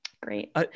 great